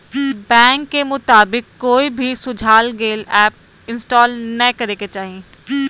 bank के मुताबिक, कोई भी सुझाल गेल ऐप के इंस्टॉल नै करे के चाही